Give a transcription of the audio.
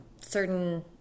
certain